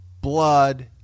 blood